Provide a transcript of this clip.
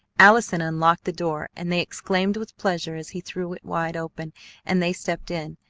allison unlocked the door, and they exclaimed with pleasure as he threw it wide open and they stepped in.